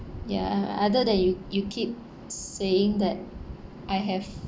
ya o~ other than you you keep saying that I have